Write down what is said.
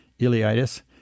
ileitis